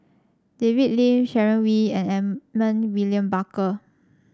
David Lim Sharon Wee and Edmund William Barker